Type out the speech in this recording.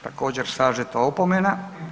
Također sažeto opomena.